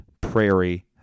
Prairie